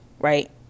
right